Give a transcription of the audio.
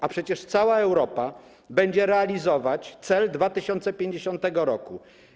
A przecież cała Europa będzie realizować cel 2050 r.